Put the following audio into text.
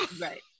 Right